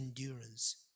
endurance